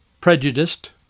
prejudiced